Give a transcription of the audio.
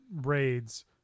raids